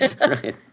Right